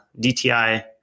DTI